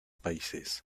países